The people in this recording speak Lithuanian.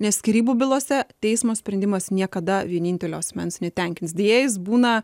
nes skyrybų bylose teismo sprendimas niekada vienintelio asmens netenkins deja jis būna